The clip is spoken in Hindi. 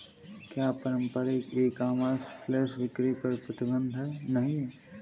क्या पारंपरिक ई कॉमर्स फ्लैश बिक्री पर प्रतिबंध नहीं है?